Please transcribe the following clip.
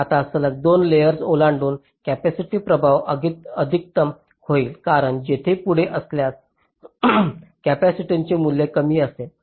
आता सलग 2 लेयर्स ओलांडून कॅपेसिटिव्ह प्रभाव अधिकतम होईल कारण तेथे पुढे असल्यास कॅपेसिटन्सचे मूल्य कमी असेल